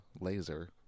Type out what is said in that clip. laser